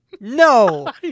No